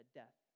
death